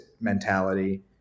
mentality